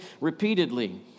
repeatedly